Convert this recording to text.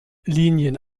linien